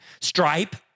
Stripe